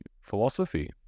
philosophy